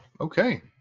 okay